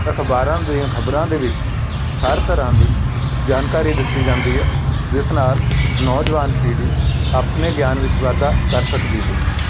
ਅਖਬਾਰਾਂ ਦੀਆਂ ਖਬਰਾਂ ਦੇ ਵਿੱਚ ਹਰ ਤਰ੍ਹਾਂ ਦੀ ਜਾਣਕਾਰੀ ਦਿੱਤੀ ਜਾਂਦੀ ਹੈ ਜਿਸ ਨਾਲ ਨੌਜਵਾਨ ਪੀੜ੍ਹੀ ਆਪਣੇ ਗਿਆਨ ਵਿੱਚ ਵਾਧਾ ਕਰ ਸਕਦੀ ਏ